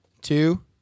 two